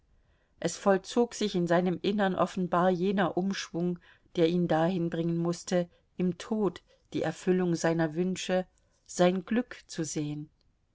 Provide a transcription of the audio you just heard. es vollzog sich in seinem innern offenbar jener umschwung der ihn dahin bringen mußte im tod die erfüllung seiner wünsche sein glück zu sehen